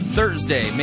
Thursday